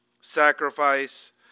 Sacrifice